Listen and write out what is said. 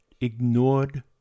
ignored